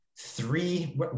three